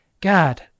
God